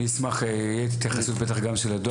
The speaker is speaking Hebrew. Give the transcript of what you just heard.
אני אשמח להתייחסות בטח גם של הדואר